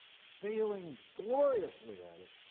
failing gloriously at it,